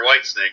Whitesnake